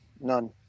none